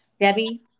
Debbie